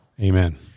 amen